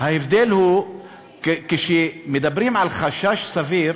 ההבדל הוא שכשמדברים על חשש סביר